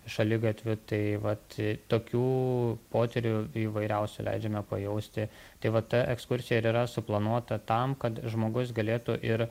šaligatviu tai vat tokių potyrių įvairiausių leidžiame pajausti tai va ta ekskursija ir yra suplanuota tam kad žmogus galėtų ir